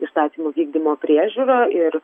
įstatymų vykdymo priežiūrą ir